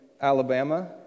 Alabama